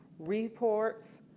reports,